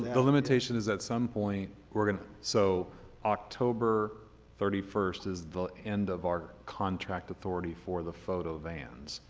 the limitation is at some point we're going to so october thirty first is the end of our contract authority for the photo vans,